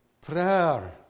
Prayer